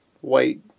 white